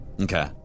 Okay